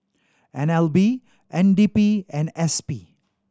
N L B N D P and S P